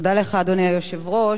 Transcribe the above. תודה לך, אדוני היושב-ראש.